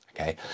Okay